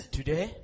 today